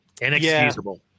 Inexcusable